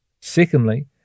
Secondly